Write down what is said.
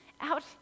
out